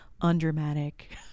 undramatic